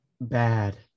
Bad